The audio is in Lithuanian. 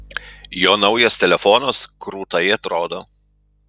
jo naujas telefonas krūtai atrodo